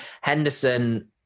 henderson